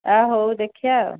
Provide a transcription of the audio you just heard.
ହଉ ଦେଖିବା ଆଉ